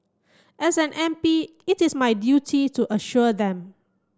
as an M P it is my duty to assure them